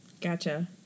Gotcha